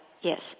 yes